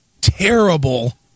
terrible